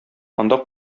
анда